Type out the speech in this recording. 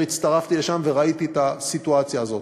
הצטרפתי לשם וראיתי את הסיטואציה הזאת.